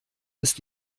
ist